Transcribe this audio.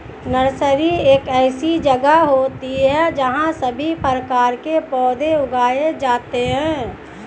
nursery एक ऐसी जगह होती है जहां सभी प्रकार के पौधे उगाए जाते हैं